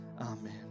amen